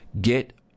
get